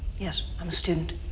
yes, i'm a student.